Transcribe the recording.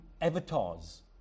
avatars